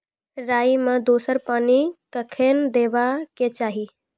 राई मे दोसर पानी कखेन देबा के चाहि?